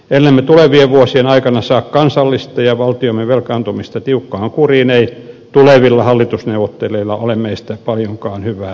ellemme tulevien vuosien aikana saa kansallista ja valtiomme velkaantumista tiukkaan kuriin ei tulevilla hallitusneuvottelijoilla ole meistä paljonkaan hyvää sanottavaa